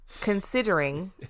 considering